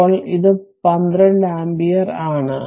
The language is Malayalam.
ഇപ്പോൾ ഇത് 12 ആമ്പിയർ ആണ്